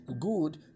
good